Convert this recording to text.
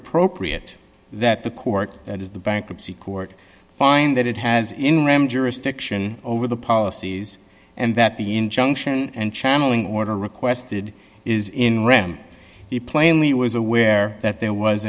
appropriate that the court that is the bankruptcy court find that it has in rem jurisdiction over the policies and that the injunction and channeling order requested is in rem he plainly was aware that there was